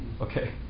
Okay